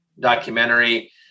documentary